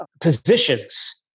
positions